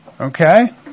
Okay